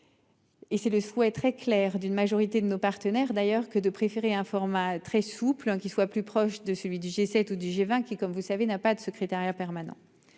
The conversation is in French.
Et c'est le souhait très clair d'une majorité de nos partenaires d'ailleurs que de préférer un format très souple qui soit plus proche de celui du G7 ou du G20, qui est comme vous le savez, n'a pas de secrétariat permanent.